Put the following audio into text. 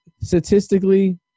statistically